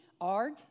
ARG